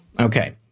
Okay